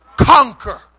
Conquer